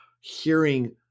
hearing